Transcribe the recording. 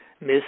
miss